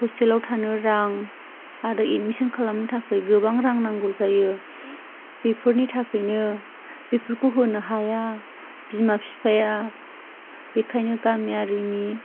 हस्टेलाव थानो रां आरो एदमिसन खालामनो थाखाय गोबां रां नांगौ जायो बेफोरनि थाखायनो बेफोरखौ होनो हाया बिमा बिफाया बेखायनो गामियारिनि